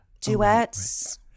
Duets